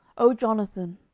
o jonathan,